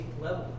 level